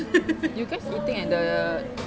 you guys eating at the